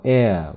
air